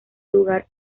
lugar